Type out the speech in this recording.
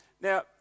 Now